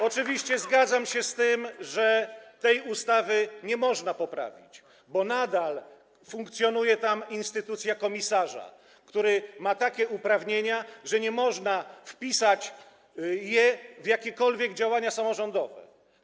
Oczywiście zgadzam się z tym, że tej ustawy nie można poprawić, bo nadal funkcjonuje tam instytucja komisarza, który ma takie uprawnienia, że nie można wpisać ich w jakiekolwiek działania samorządowe.